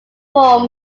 form